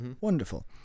Wonderful